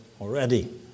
already